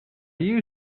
you